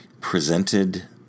presented